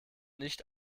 nicht